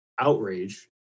outrage